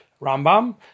Rambam